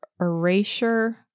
Erasure